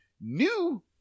new